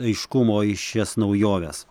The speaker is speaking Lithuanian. aiškumo į šias naujoves